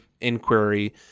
Inquiry